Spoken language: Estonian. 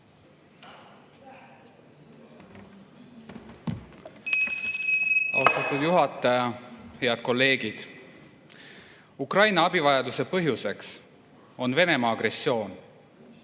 [istungi] juhataja! Head kolleegid! Ukraina abivajaduse põhjuseks on Venemaa agressioon.